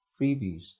freebies